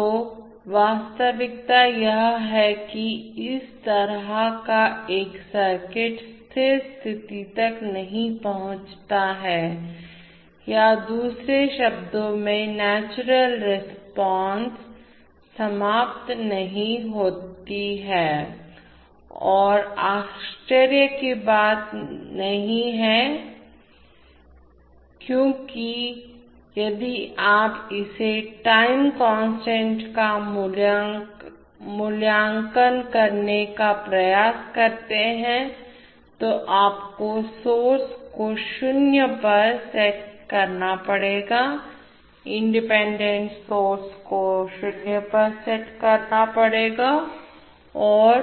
तो वास्तविकता यह है कि इस तरह का एक सर्किट स्थिर स्थिति तक नहीं पहुंचता है या दूसरे शब्दों में नेचुरल रिपॉन्स समाप्त नहीं होती है और यह आश्चर्य की बात नहीं है क्योंकि यदि आप इसके टाइम कांस्टेंट का मूल्यांकन करने का प्रयास करते हैं तो आपको सोर्स को 0 पर सेट करना पड़ेगा इंडिपेंडेंट सोर्स को 0 पर सेट करना पड़ेगा और